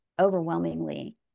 overwhelmingly